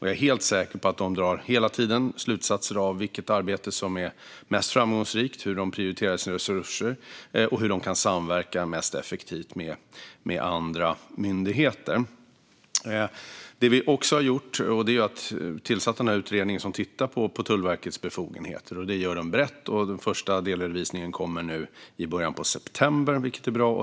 Jag är helt säker på att man hela tiden drar slutsatser när det gäller vilket arbete som är mest framgångsrikt, hur resurserna ska prioriteras och hur man kan samverka mest effektivt med andra myndigheter. Det vi också har gjort är att tillsätta utredningen som ska titta på Tullverkets befogenheter. Det görs brett, och den första delredovisningen kommer nu i början av september.